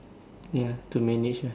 ya to manage ah